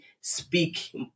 speak